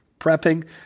prepping